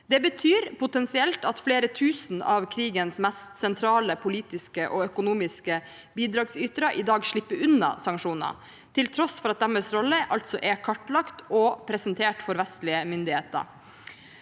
Det betyr potensielt at flere tusen av krigens mest sentrale politiske og økonomiske bidragsytere i dag slipper unna sanksjoner, til tross for at deres rolle altså er kartlagt og presentert for vestlige myndigheter.